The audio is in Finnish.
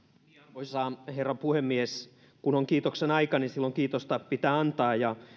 arvoisa herra puhemies kun on kiitoksen aika niin silloin kiitosta pitää antaa ja